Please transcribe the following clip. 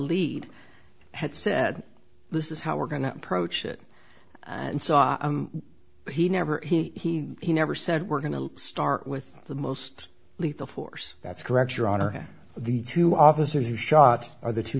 lead had said this is how we're going to approach it and saw he never he never said we're going to start with the most lethal force that's correct your honor the two officers who shot are the two